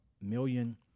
million